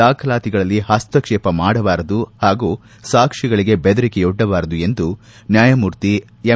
ದಾಖಲಾತಿಗಳಲ್ಲಿ ಹಸ್ತಕ್ಷೇಪ ಮಾಡಬಾರದು ಹಾಗೂ ಸಾಕ್ಷಿಗಳಿಗೆ ಬೆದರಿಕೆವೊಡ್ಡಬಾರದು ಎಂದು ನ್ಲಾಯಮೂರ್ತಿ ಎಂ